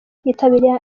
yitabiriye